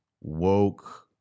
woke